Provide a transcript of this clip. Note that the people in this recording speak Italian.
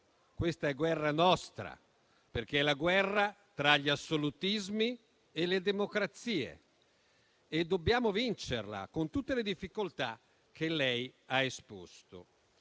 questa è guerra nostra, perché è la guerra tra gli assolutismi e le democrazie. E dobbiamo vincerla, con tutte le difficoltà che lei ha esposto.